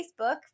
Facebook